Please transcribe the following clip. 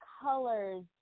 colors